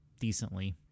decently